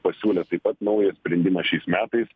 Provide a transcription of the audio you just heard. pasiūlė taip pat naują sprendimą šiais metais